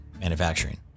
Manufacturing